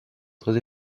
très